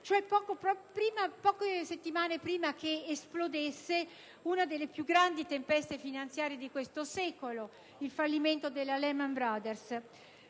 cioè poche settimane prima che esplodesse una delle più grandi tempeste finanziarie del secolo, con il fallimento di Lehman Brothers.